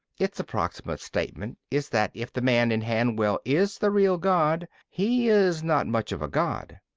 its approximate statement is that if the man in hanwell is the real god, he is not much of a god.